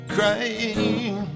Crying